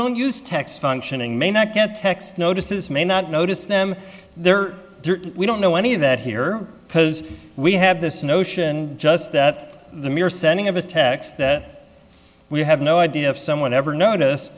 don't use text functioning may not get text notices may not notice them there we don't know any of that here because we have this notion just that the mere sending of a text that we have no idea if someone ever notice